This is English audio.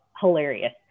hilarious